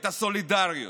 את הסולידריות.